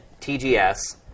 TGS